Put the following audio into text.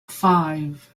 five